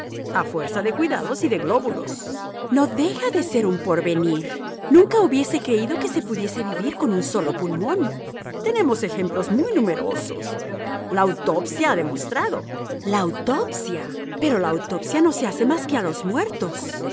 a fuerza de cuidados y de glóbulos no deja de ser un porvenir nunca hubiese creído que se pudiese vivir con un solo pulmón tenemos ejemplos muy numerosos la autopsia ha demostrado la autopsia pero la autopsia no se hace más que a los muertos